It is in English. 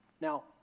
Now